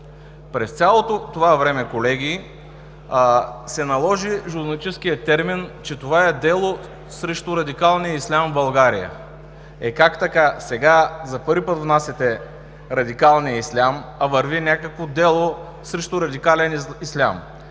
През цялото това време се наложи журналистическият термин, че това е дело срещу радикалния ислям в България. Как така? За първи път сега внасяте радикалния ислям, а върви някакво дело срещу радикален ислям.